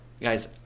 guys